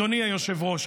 אדוני היושב-ראש,